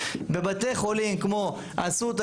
בבתי חולים כמו אסותא,